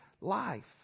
life